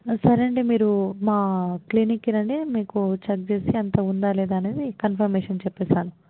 సరే అండి మీరు మా క్లినిక్కి రండి మీకు చెక్ చేసి అంత ఉందా లేదా అనేది కన్ఫర్మేషన్ చెప్పిస్తాను